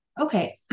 Okay